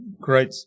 great